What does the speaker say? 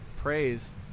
praise